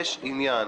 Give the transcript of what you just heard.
יש עניין